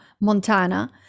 Montana